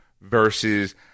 versus